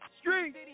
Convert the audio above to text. street